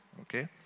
okay